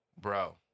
Bro